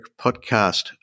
podcast